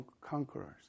conqueror's